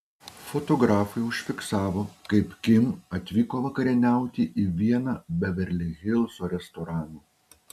fotografai užfiksavo kaip kim atvyko vakarieniauti į vieną beverli hilso restoranų